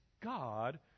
God